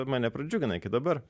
mane pradžiugina iki dabar